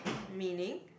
meaning